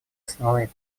основные